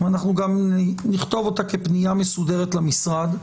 ואנחנו גם נכתוב אותה כפנייה מסודרת למשרד,